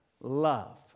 love